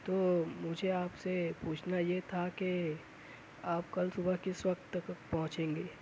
تو مجھے آپ سے پوچھنا یہ تھا کہ آپ کل صبح کس وقت تک پہنچیں گے